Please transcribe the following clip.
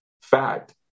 fact